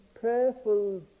prayerful